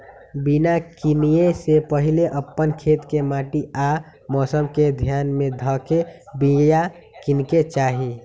बिया किनेए से पहिले अप्पन खेत के माटि आ मौसम के ध्यान में ध के बिया किनेकेँ चाही